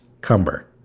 cumber